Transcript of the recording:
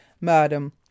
madam